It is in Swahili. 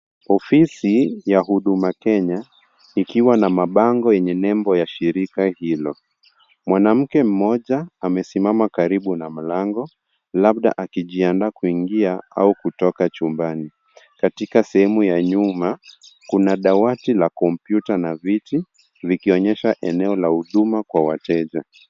Ofisi ya Huduma Kenya, ikiwa na mabango yenye nembo ya shirika hilo. Mwanamke mmoja amesimama karibu na mlango, labda akijiandaa kuingia au kutoka chumbani. Katika sehemu ya nyuma, kuna dawati la computer na viti, vikionyesha eneo la huduma kwa wateja.